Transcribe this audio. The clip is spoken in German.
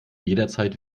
jederzeit